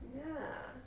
ya